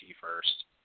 first